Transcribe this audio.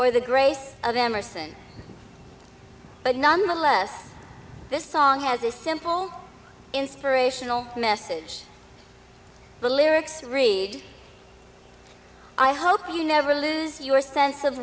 or the grace of emerson but nonetheless this song has a simple inspirational message bilirakis read i hope you never lose your sense of